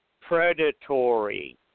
predatory